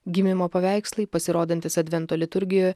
gimimo paveikslai pasirodantys advento liturgijoje